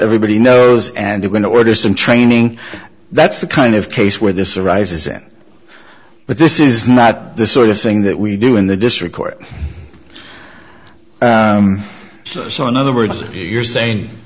everybody knows and they're going to order some training that's the kind of case where this arises and but this is not the sort of thing that we do in the district court so in other words you're saying